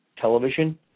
Television